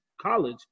college